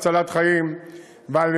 של הצלת חיים ושל